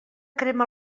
crema